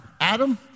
Adam